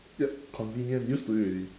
ya convenient used to it already